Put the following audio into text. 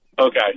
Okay